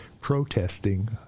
protesting